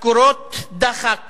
משכורות דחק